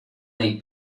nei